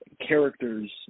characters